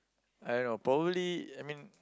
I don't know probably I mean